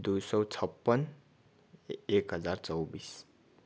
दुई सय छप्पन एक हजार चौबिस